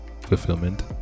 fulfillment